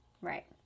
Right